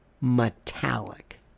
metallic